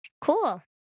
Cool